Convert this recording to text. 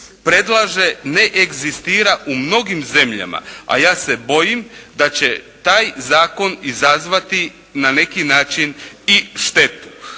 predlaže ne egzistira u mnogim zemljama, a ja se bojim da će taj zakon izazvati na neki način i štetu.